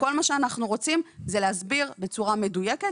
כל מה שאנחנו רוצים זה להסביר בצורה מדויקת